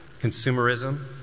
Consumerism